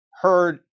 heard